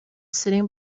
sitting